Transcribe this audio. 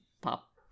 pop